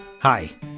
Hi